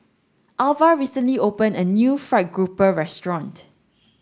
Alva recently opened a new fried grouper restaurant